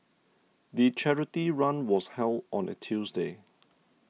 the charity run was held on a Tuesday